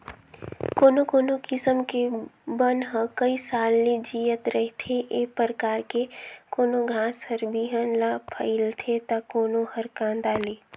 कोनो कोनो किसम के बन ह कइ साल ले जियत रहिथे, ए परकार के कोनो घास हर बिहन ले फइलथे त कोनो हर कांदा ले